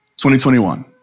2021